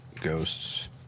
ghosts